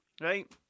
right